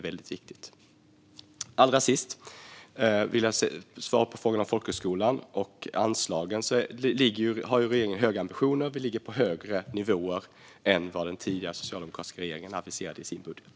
Jag ska också svara på frågan om folkhögskolornas anslag. Regeringen har höga ambitioner och ligger på en högre nivå än den tidigare socialdemokratiska regeringen aviserade i sin budget.